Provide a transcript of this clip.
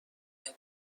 اینو